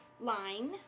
Line